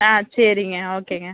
ஆ சரிங்க ஓகேங்க